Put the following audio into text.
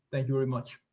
thank you very much.